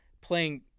playing